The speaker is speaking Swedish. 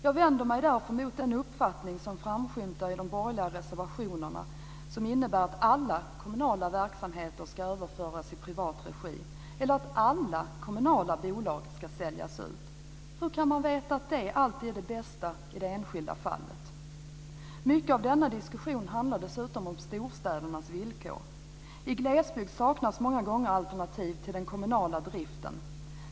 Jag vänder mig därför mot den uppfattning som framskymtar i de borgerliga reservationerna, som innebär att alla kommunala verksamheter ska överföras i privat regi eller att alla kommunala bolag ska säljas ut. Hur kan man veta att det alltid är det bästa i det enskilda fallet? Mycket av denna diskussion handlar dessutom om storstädernas villkor. I glesbygd saknas många gånger alternativ till den kommunala driften.